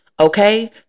okay